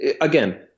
again